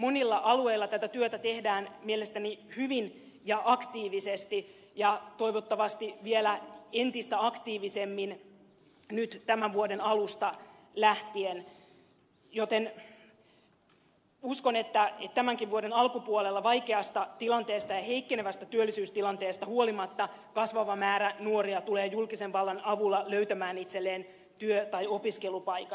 monilla alueilla tätä työtä tehdään mielestäni hyvin ja aktiivisesti ja toivottavasti vielä entistä aktiivisemmin nyt tämän vuoden alusta lähtien joten uskon että tämänkin vuoden alkupuolella vaikeasta tilanteesta ja heikkenevästä työllisyystilanteesta huolimatta kasvava määrä nuoria tulee julkisen vallan avulla löytämään itselleen työ tai opiskelupaikan